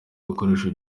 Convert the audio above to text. bikoresho